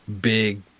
big